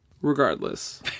Regardless